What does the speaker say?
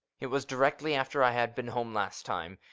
it was directly after i had been home last time,